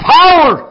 power